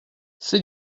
ces